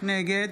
נגד